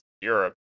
Europe